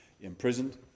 imprisoned